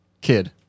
Kid